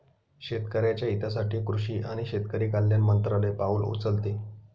शेतकऱ्याच्या हितासाठी कृषी आणि शेतकरी कल्याण मंत्रालय पाउल उचलते